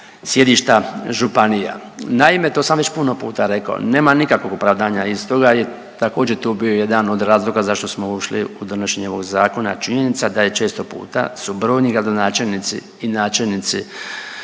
sjedišta županija. Naime, to sam već puno puta rekao, nema nikakvog opravdanja i stoga je, također, tu bio jedan od razloga zašto smo ušli u donošenje ovog zakona. Činjenica da je često puta su brojni gradonačelnici i načelnici